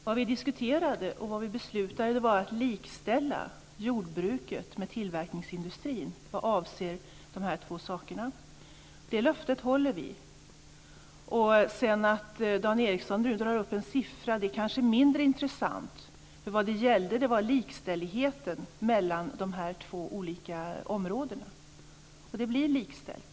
Herr talman! Vad vi diskuterade och beslutade var att likställa jordbruket med tillverkningsindustrin vad avser de här två sakerna. Det löftet håller vi. Att Dan Ericsson nu drar upp en siffra kanske är mindre intressant, för vad det gällde var likställigheten mellan de två olika områdena, och de blir likställda.